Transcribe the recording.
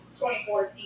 2014